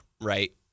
Right